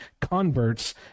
converts